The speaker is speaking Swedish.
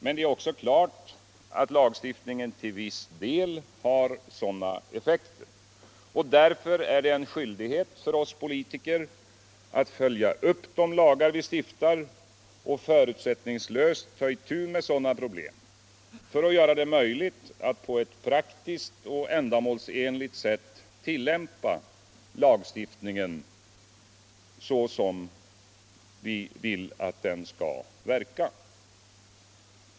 Men det är också klart att lagstiftningen till viss del har sådana effekter, och därför är det en skyldighet för oss politiker att följa upp de lagar vi stiftar och förutsättningslöst ta itu med sådana problem för att göra det möjligt att på ett praktiskt och ändamålsenligt sätt tillämpa lagstiftningen så som vi vill att den skall verka.